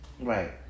Right